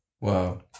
wow